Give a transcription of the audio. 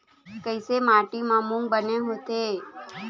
कइसे माटी म मूंग बने होथे?